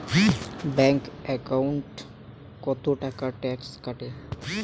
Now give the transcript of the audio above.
Bank একাউন্টত কতো টাকা ট্যাক্স কাটে?